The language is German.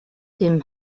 dem